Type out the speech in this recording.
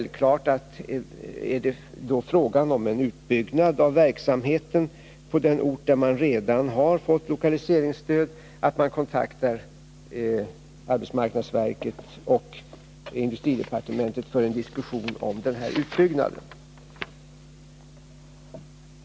Vid en utbyggnad av verksamheten på ort där man redan har fått lokaliseringsstöd är det ganska självklart att man kontaktar arbetsmarknadsverket och industridepartementet för en diskussion om denna utbyggnad.